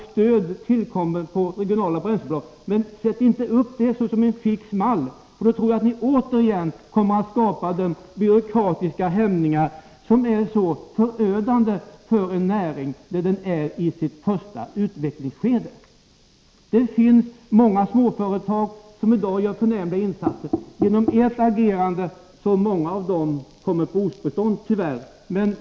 Stöd gärna regionala bränslebolag, men sätt inte upp detta som en fix mall, för då tror jag att ni återigen kommer att skapa byråkratiska hämningar, som är så förödande för en näring som är i sitt första utvecklingsskede. Det finns många småföretag som i dag gör förnämliga insatser. Genom ert agerande har många av dem tyvärr kommit på obestånd.